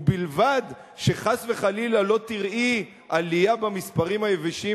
ובלבד שחס וחלילה לא תראי עלייה במספרים היבשים